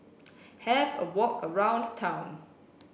have a walk around town